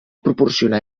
proporcionar